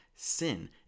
Sin